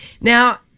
Now